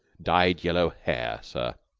dyed yellow hair, sir,